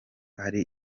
ari